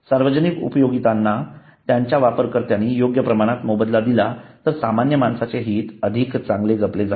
सार्वजनिक उपयोगितांना त्याच्या वापरकर्त्यांनी योग्य प्रमाणात मोबदला दिला तर सामान्य माणसाचे हित अधिक चांगले जपले जाईल